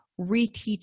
reteach